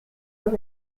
los